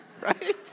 right